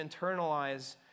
internalize